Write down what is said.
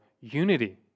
unity